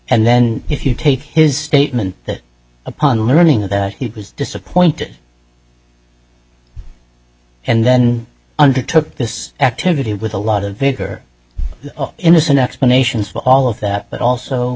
and then if you take his statement that upon learning that he was disappointed and then undertook this activity with a lot of vigor and innocent explanations for all of that but also